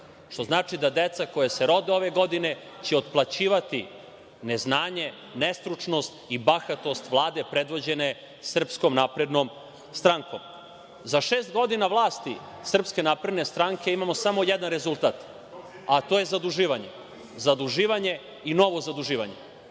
Što znači da deca koja se rode ove godine će otplaćivati neznanje, nestručnost i bahatost Vlade predvođene SNS.Za šest godina vlasti SNS, imamo samo jedan rezultat, a to je zaduživanje. Zaduživanje i novo zaduživanje.